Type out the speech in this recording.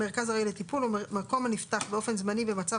'מרכז ארעי לטיפול מקום הנפתח באופן זמני במצב